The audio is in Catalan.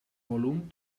volum